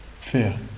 fear